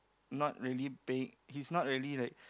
not really paying he's not really like